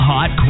Hot